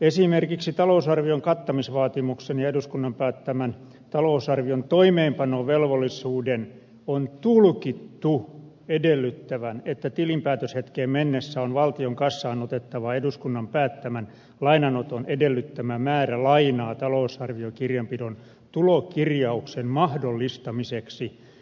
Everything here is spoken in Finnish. esimerkiksi talousarvion kattamisvaatimuksen ja eduskunnan päättämän talousarvion toimeenpanovelvollisuuden on tulkittu edellyttävän että tilinpäätöshetkeen mennessä on valtion kassaan otettava eduskunnan päättämän lainanoton edellyttämä määrä lainaa talousarviokirjanpidon tulokirjauksen mahdollistamiseksi